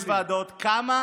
25 ועדות, כמה